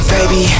Baby